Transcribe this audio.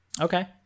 Okay